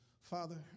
Father